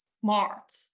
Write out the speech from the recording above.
smart